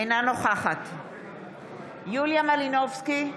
אינה נוכחת יוליה מלינובסקי,